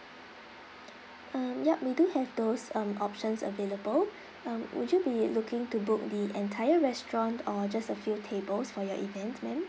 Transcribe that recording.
um yup we do have those um options available uh would you be looking to book the entire restaurant or just a few tables for your event ma'am